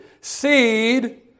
Seed